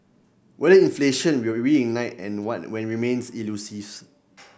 whether inflation will reignite and when remains elusive